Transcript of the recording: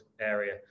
area